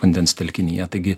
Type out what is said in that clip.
vandens telkinyje taigi